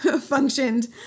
functioned